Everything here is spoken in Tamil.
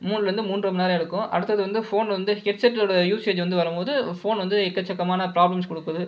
மூனில் இருந்து மூன்றை மணிநேரம் எடுக்கும் அடுத்தது வந்து ஃபோன் வந்து ஹெட்செட்டோடு யூசேஜ் வந்து வரும்போது ஃபோன் வந்து எக்கச்சக்கமான ப்ராப்லம்ஸ் கொடுக்குது